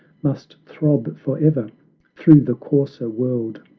must throb forever through the coarser world,